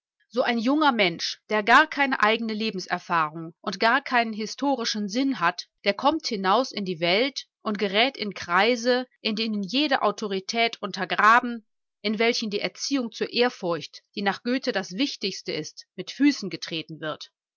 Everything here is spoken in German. so ein junger mensch der gar keine eigene lebenserfahrung und gar keinen historischen sinn hat der kommt hinaus in die welt und gerät in kreise in denen jede autorität untergraben in welchen die erziehung zur ehrfurcht die nach goethe das wichtigste ist mit füßen getreten wird